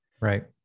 Right